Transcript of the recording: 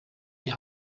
die